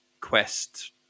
quest